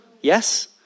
Yes